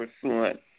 pursuant